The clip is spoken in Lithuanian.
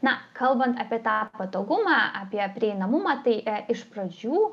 na kalbant apie tą patogumą apie prieinamumą tai iš pradžių